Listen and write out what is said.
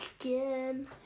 Again